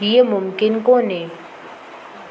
हीअ मुमकिन कोन्हे